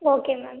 okay ma'am